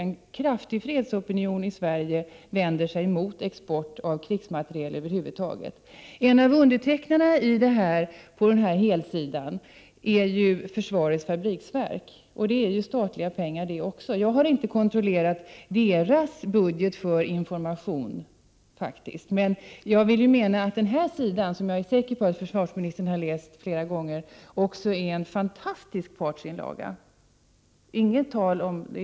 En kraftig fredsopinion i Sverige vänder sig emot export av krigsmateriel över huvud taget. En av undertecknarna av helsidan är Försvarets Fabriksverk, och bakom dem ligger statliga pengar. Jag har inte kontrollerat deras budget för information, men jag menar att denna helsida, som jag är säker på att försvarsministern har läst flera gånger, är en fantastisk partsinlaga.